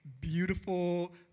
beautiful